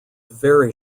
very